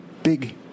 big